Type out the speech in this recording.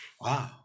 Wow